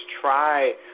try